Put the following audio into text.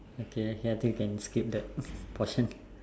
okay then I think you can skip that portion